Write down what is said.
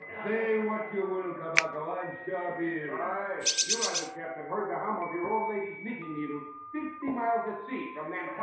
today what you will cabaco i'm sharpie, right? you are the chap that heard the hum of your old lady's knitting needle fifty miles at sea from then